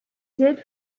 did